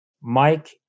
Mike